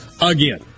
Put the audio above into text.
again